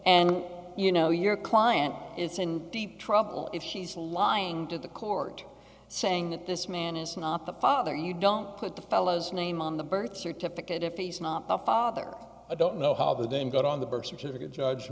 and you know your client is in deep trouble if she's lying to the court saying that this man is not the father you don't put the fellow's name on the birth certificate if he's not the father i don't know how the dame got on the birth certificate judge